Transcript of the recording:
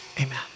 Amen